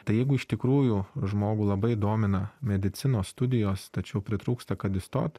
tai jeigu iš tikrųjų žmogų labai domina medicinos studijos tačiau pritrūksta kad įstot